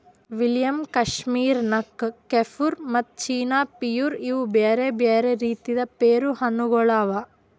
William, Kashmir Nakh, Kieffer ಮತ್ತ China pear ಇವು ಬ್ಯಾರೆ ಬ್ಯಾರೆ ರೀತಿದ್ ಪೇರು ಹಣ್ಣ ಗೊಳ್ ಅವಾ